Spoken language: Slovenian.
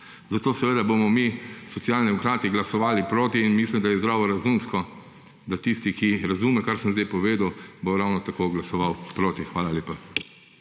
Zato seveda bomo mi Socialni demokrati glasovali proti in mislim, da je zdravorazumsko, da tisti, ki razume, kar sem zdaj povedal, bo ravno tako glasoval proti. Hvala lepa.